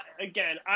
Again